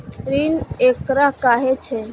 ऋण ककरा कहे छै?